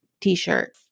t-shirt